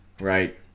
right